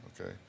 Okay